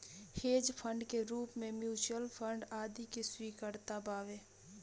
hedge fund के रूप में म्यूच्यूअल फंड आदि के स्वीकार्यता बावे